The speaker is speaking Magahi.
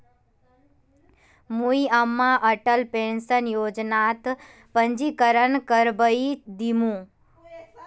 मुई अम्माक अटल पेंशन योजनात पंजीकरण करवइ दिमु